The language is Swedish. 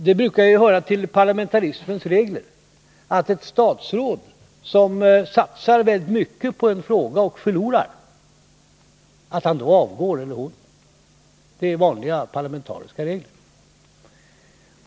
Det brukar höra till parlamentarismens regler att ett statsråd som satsar väldigt mycket på en fråga och förlorar avgår. Det är vanliga, parlamentariska regler.